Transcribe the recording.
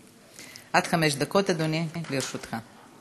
עד חמש דקות, אדוני, לרשותך.